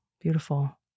Beautiful